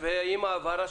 הצבעה מאושר.